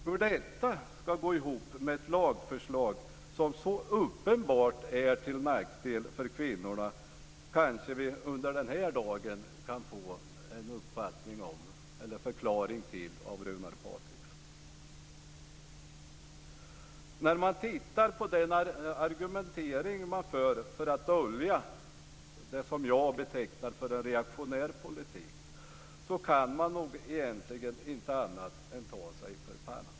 Hur detta ska gå ihop med ett lagförslag som så uppenbart är till nackdel för kvinnorna kan vi kanske under denna dag få en uppfattning om eller förklaring till av Runar Patriksson. När man tittar på den argumentering som förs för att dölja det som jag betecknar som en reaktionär politik kan man nog egentligen inte annat än ta sig för pannan.